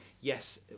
Yes